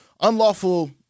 unlawful